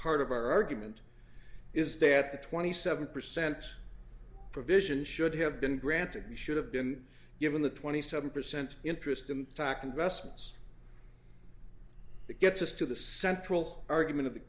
part of our argument is that the twenty seven percent provision should have been granted we should have been given the twenty seven percent interest i'm talking vessels that gets us to the central argument of the